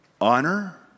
honor